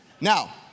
Now